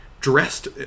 dressed